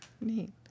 neat